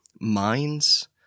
minds